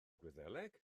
gwyddeleg